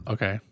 Okay